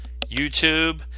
youtube